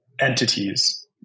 entities